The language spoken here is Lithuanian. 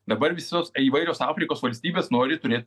dabar visos įvairios afrikos valstybės nori turėt